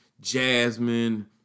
Jasmine